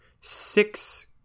six